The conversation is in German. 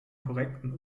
korrekten